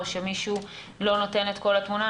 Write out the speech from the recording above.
או שמישהו לא נותן את כל התמונה.